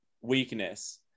weakness